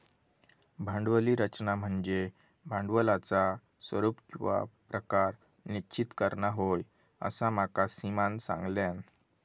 भांडवली रचना म्हनज्ये भांडवलाचा स्वरूप किंवा प्रकार निश्चित करना होय, असा माका सीमानं सांगल्यान